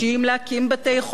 להקים בתי-חולים,